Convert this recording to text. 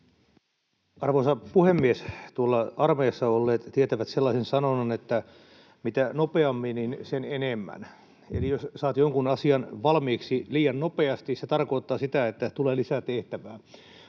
Arvoisa puhemies! Armeijassa olleet tietävät sellaisen sanonnan, että mitä nopeammin, sen enemmän. Eli jos saat jonkun asian valmiiksi liian nopeasti, se tarkoittaa sitä, että tulee lisätehtävää.